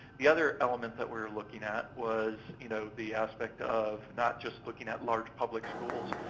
the other element that we're looking at was you know the aspect of not just looking at large public schools,